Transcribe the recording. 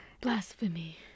blasphemy